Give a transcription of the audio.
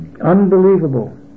Unbelievable